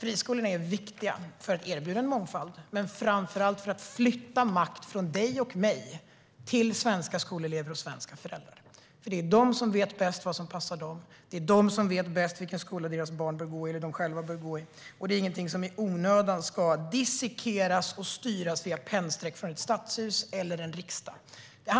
Friskolorna är viktiga för att erbjuda mångfald, men framför allt för att flytta makt från dig och mig till svenska skolelever och svenska föräldrar. Det är de som vet bäst vad som passar dem. Det är de som vet bäst vilka skolor deras barn bör gå i eller de själva bör gå i. Det är ingenting som i onödan ska dissekeras och styras via pennstreck från ett stadshus eller en riksdag. Det